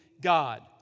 god